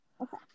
okay